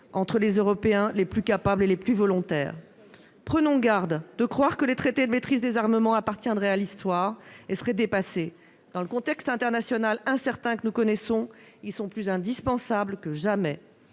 entre les Européens les plus capables et les plus volontaires. Prenons garde de croire que les traités de maîtrise des armements appartiendraient à l'histoire et seraient dépassés. Dans le contexte international incertain que nous connaissons, ils sont plus indispensables que jamais.